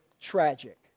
tragic